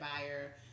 buyer